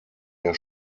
der